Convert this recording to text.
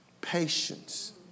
patience